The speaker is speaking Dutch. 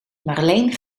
marleen